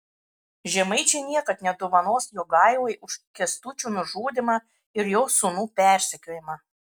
žemaičiai niekad nedovanos jogailai už kęstučio nužudymą ir jo sūnų persekiojimą